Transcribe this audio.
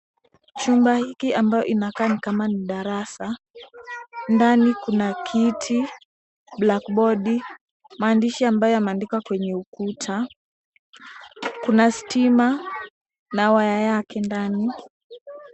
Chumba hiki ambayo inakaa kama ni darasa. Ndani kuna kiti, blackboard , maandishi ambayo yameandikwa kwenye ukuta, kuna stima na waya yake ndani.